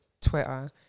Twitter